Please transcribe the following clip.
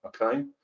okay